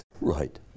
Right